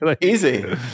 Easy